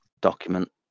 document